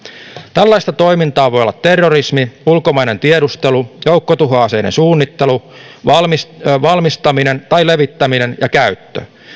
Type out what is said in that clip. tällaista toimintaa voi olla terrorismi ulkomainen tiedustelu joukkotuhoaseiden suunnittelu valmistaminen valmistaminen tai levittäminen ja käyttö